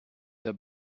der